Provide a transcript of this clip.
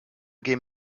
gehen